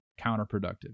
counterproductive